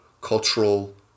cultural